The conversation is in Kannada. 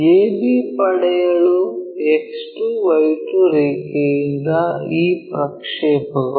ab ಪಡೆಯಲು X2 Y2 ರೇಖೆಯಿಂದ ಈ ಪ್ರಕ್ಷೇಪಗಳು